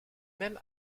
même